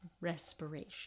respiration